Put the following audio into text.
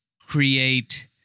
create